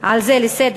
על זה לסדר-היום.